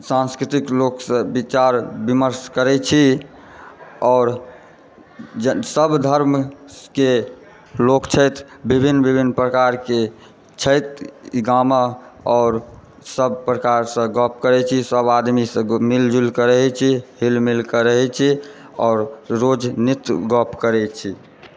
सांस्कृतिक लोकसँ विचार विमर्श करै छी आओर ज सभधर्मके लोक छथि विभिन्न विभिन्न प्रकारके छथि ई गाममे आओर सभ प्रकारसँ गप्प करै छी सभआदमीसँ मिलि जुलि कऽ रहै छी हिलि मिलि कऽ रहै छी आओर रोज नित्य गप्प करै छी